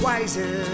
Wiser